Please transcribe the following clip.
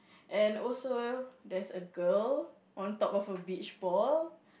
and also there's a girl on top of a beach ball